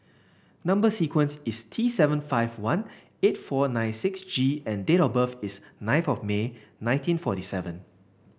number sequence is T seven five one eight four nine six G and date of birth is ninth of May nineteen forty seven